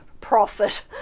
profit